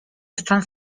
están